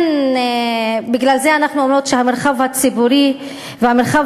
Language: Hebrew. בגלל זה אנחנו אומרות שהמרחב הציבורי והמרחב